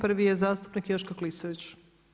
I prvi je zastupnik Joško Klisović.